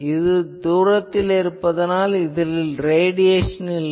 இது தூரத்தில் இருப்பதால் இங்கு ரேடியேசன் இல்லை